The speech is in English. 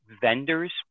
vendors